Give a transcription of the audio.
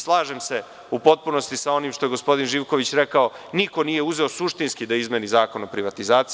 Slažem se u potpunosti sa onim što je gospodin Živković rekao – niko nije uzeo suštinski da izmeni zakon o privatizaciji.